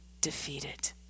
defeated